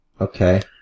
Okay